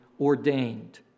ordained